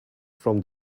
from